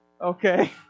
Okay